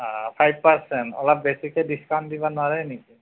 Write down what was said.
five percent অলপ বেছিকৈ discount দিব নোৱাৰেনে